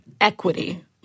equity